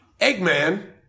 Eggman